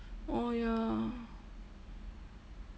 oh ya